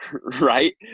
Right